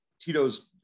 Tito's